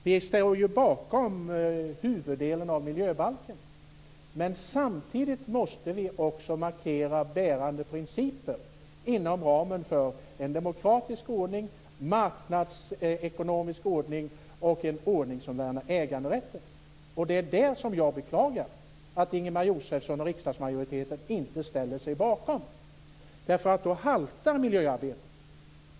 Vi står ju bakom huvuddelen av miljöbalken. Men samtidigt måste man också markera bärande principer inom ramen för en demokratisk ordning, en marknadsekonomisk ordning och en ordning som värnar äganderätten. Det är det jag beklagar att Ingemar Josefsson och riksdagsmajoriteten inte ställer sig bakom, ty då haltar miljöarbetet.